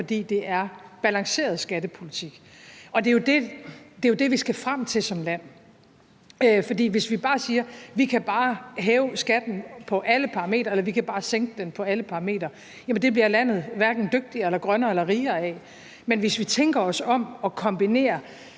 fordi det er balanceret skattepolitik. Det er jo det, vi skal frem til som land. For hvis vi bare siger, at vi bare kan hæve skatten på alle parametre, eller at vi bare kan sænke den på alle parametre, bliver landet hverken dygtigere eller grønnere eller rigere af det. Men hvis vi tænker os om og kombinerer